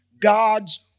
God's